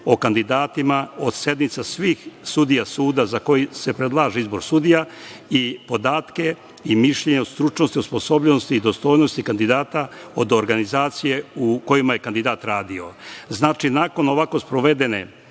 o kandidatima od sednica svih sudija suda za koji se predlaže izbor sudija i podatke i mišljenja o stručnosti, osposobljenosti i dostojnosti kandidata od organizacije u kojoj je kandidat radio. Znači, nakon ovako sprovedene